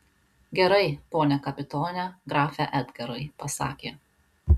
gerai pone kapitone grafe edgarai pasakė